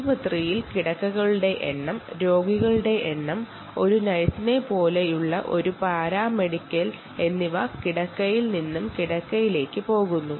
ആശുപത്രിയിൽ കിടക്കകളുടെ എണ്ണം രോഗികളുടെ എണ്ണം ഒരു നഴ്സിനെപ്പോലെയുള്ള ഒരു പാരാമെഡിക്കൽ സ്റ്റാഫ് എന്നിവയുണ്ട്